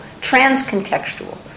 trans-contextual